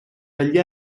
dagli